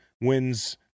wins